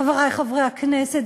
חברי חברי הכנסת,